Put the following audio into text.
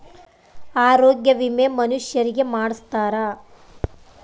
ಆರೊಗ್ಯ ವಿಮೆ ಮನುಷರಿಗೇ ಮಾಡ್ಸ್ತಾರ